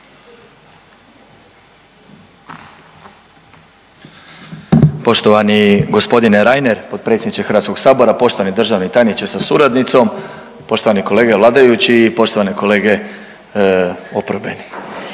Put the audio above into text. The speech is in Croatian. Poštovani g. Reiner, potpredsjedniče HS-a, poštovani državni tajniče sa suradnicom, poštovani kolege vladajući i poštovani kolege oporbeni.